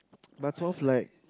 but twelve like